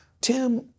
Tim